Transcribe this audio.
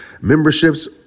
memberships